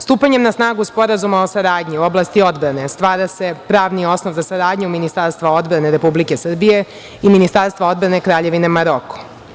Stupanjem na snagu Sporazuma o saradnji u oblasti odbrane stvara se pravni osnov za saradnju Ministarstva odbrane Republike Srbije i Ministarstva odbrane Kraljevine Maroko.